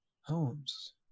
Holmes